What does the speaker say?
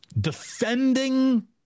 defending